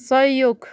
सहयोग